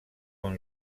dont